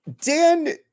Dan